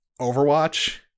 Overwatch